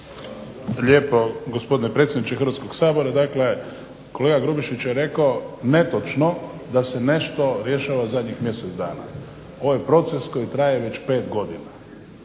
lijepo gospodine predsjedniče Hrvatskog sabora. Dakle kolega Grubišić je rekao netočno da se nešto rješava zadnjih mjesec dana. Ovo je proces koji traje već 5 godina